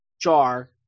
jar